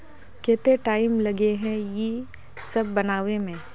केते टाइम लगे है ये सब बनावे में?